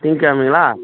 திங்ககெழமைங்களா